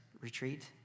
retreat